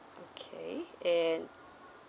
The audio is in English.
okay and